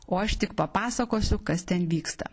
o aš tik papasakosiu kas ten vyksta